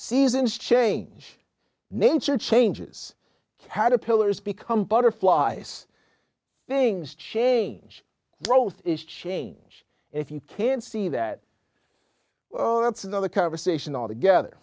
seasons change nature changes caterpillars become butterflies things change growth is change if you can see that well that's another conversation altogether